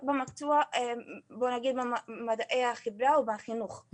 במקצועות כמו מדעי החברה או מקצוע בתחום החינוך,